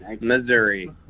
Missouri